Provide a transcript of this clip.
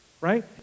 right